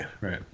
Right